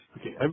Okay